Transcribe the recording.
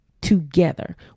together